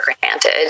granted